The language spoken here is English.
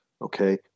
Okay